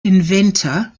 inventor